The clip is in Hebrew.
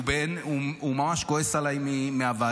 הוא ממש כועס עליי מהוועדה,